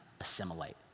assimilate